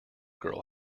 girl